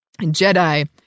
jedi